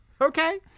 Okay